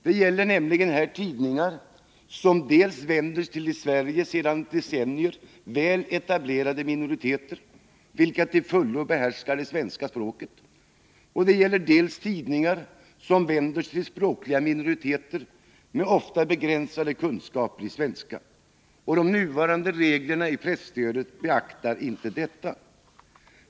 Det gäller här dels tidningar som vänder sig till i Sverige sedan decennier väl etablerade minoriteter, vilka till fullo behärskar det svenska språket, dels tidningar som vänder sig till språkliga minoriteter med ofta begränsade kunskaper i svenska. De nuvarande reglerna i presstödet beaktar inte detta.